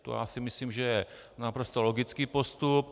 To si myslím, že je naprosto logický postup.